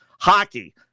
Hockey